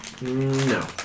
No